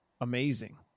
amazing